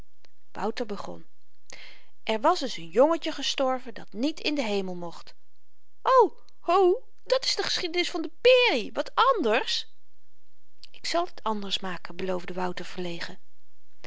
wouter begon er was eens n jongetje gestorven dat niet in den hemel mocht ho ho dat s de geschiedenis van de peri wat anders ik zal t anders maken beloofde wouter verlegen